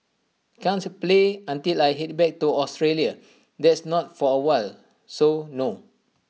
can't play until I Head back to Australia that's not for awhile so no